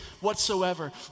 whatsoever